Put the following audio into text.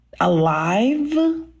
Alive